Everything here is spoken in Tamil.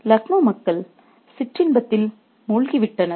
'லக்னோ மக்கள் சிற்றின்பத்தில் மூழ்கிவிட்டனர்